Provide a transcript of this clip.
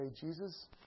Jesus